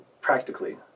practically